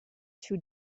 two